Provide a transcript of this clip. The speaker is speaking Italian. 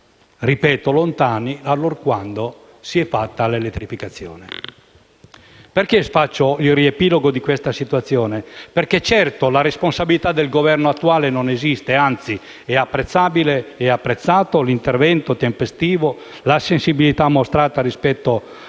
momenti lontani allorquando si è fatta l'elettrificazione. Ho fatto il riepilogo di questa situazione, perché di certo la responsabilità del Governo attuale non esiste e sono anzi apprezzabili e apprezzati l'intervento tempestivo e la sensibilità mostrata rispetto ai territori, alle